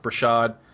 Brashad